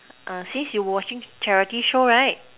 since we watching charity show right